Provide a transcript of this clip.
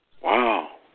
Wow